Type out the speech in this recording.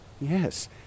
Yes